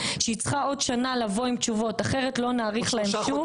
שהיא צריכה עוד שנה לבוא עם תשובות אחרת לא נאריך להם שוב?